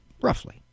roughly